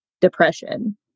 depression